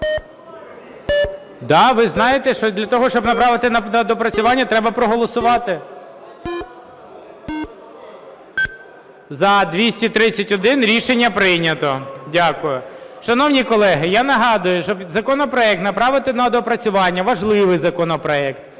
Да, ви знаєте, що для того, щоб направити на доопрацювання, треба проголосувати. 14:41:47 За-231 Рішення прийнято. Дякую. Шановні колеги, я нагадаю, щоб законопроект направити на доопрацювання, важливий законопроект,